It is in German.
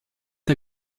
der